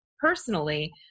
personally